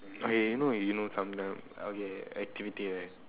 okay you you know you know sometimes okay activity right